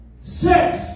Six